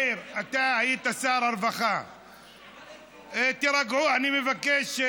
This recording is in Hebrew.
מאיר, אתה היית שר הרווחה, תירגעו, אני מבקש.